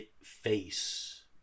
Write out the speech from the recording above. face